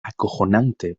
acojonante